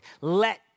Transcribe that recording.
Let